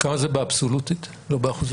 כמה זה אבסולוטית, לא באחוזים?